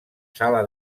sala